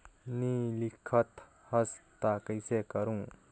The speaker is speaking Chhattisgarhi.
नी लिखत हस ता कइसे करू?